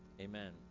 Amen